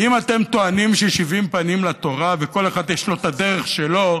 אם אתם טוענים ששבעים פנים לתורה ולכל אחד יש הדרך שלו,